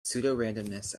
pseudorandomness